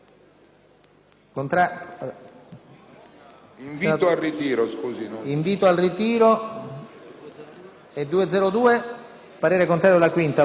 invita al ritiro